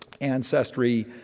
Ancestry